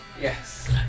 Yes